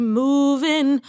moving